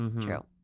True